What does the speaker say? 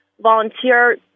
volunteer